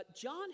John